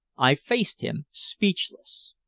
i faced him, speechless.